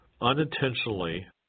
unintentionally